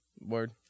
Word